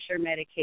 medication